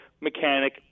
mechanic